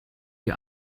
die